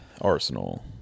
Arsenal